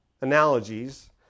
analogies